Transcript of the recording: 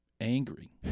angry